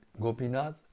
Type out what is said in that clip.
Gopinath